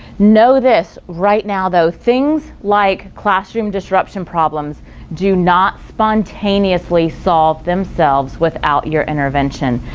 know this right now though, things like classroom disruption problems do not spontaneously solve themselves without your intervention,